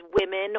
women